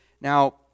Now